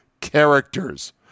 characters